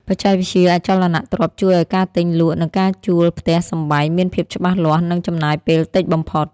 បច្ចេកវិទ្យាអចលនទ្រព្យជួយឱ្យការទិញលក់ និងការជួលផ្ទះសម្បែងមានភាពច្បាស់លាស់ និងចំណាយពេលតិចបំផុត។